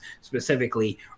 specifically